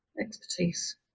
expertise